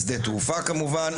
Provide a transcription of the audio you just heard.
של שדה התעופה כמובן,